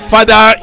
Father